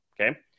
Okay